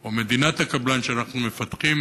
או מדינת הקבלן, שאנחנו מפתחים.